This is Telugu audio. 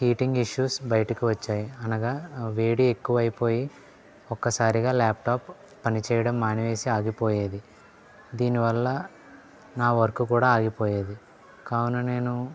హీటింగ్ ఇష్యూస్ బయటికి వచ్చాయి అనగా వేడి ఎక్కువ అయిపోయి ఒక్కసారిగా ల్యాప్టాప్ పనిచేయడం మానేసి ఆగిపోయేది దీని వల్ల నా వర్క్ కూడా ఆగిపోయేది కావున నేను